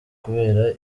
kubera